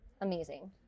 Amazing